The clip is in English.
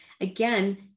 again